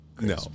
No